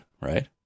right